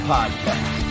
Podcast